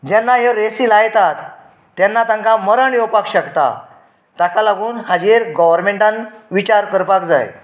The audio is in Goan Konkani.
जेन्ना ह्यो रेसी लायतात तेन्ना तांकां मरण येवपाक शकता ताका लागून हाजेर गोव्हरमेन्टान विचार करपाक जाय